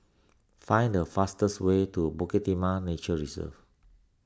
find the fastest way to Bukit Timah Nature Reserve